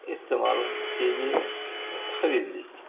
استعمال کیجئے خرید لیجئے